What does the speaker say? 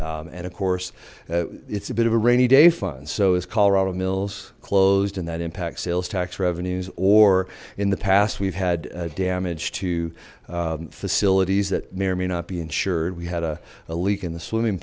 and of course it's a bit of a rainy day fund so as colorado mills closed and that impacts sales tax revenues or in the past we've had damage to facilities that may or may not be insured we had a leak in the swimming